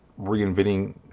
reinventing